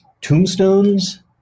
Tombstones